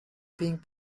being